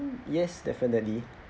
yes definitely